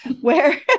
where-